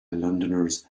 londoners